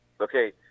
okay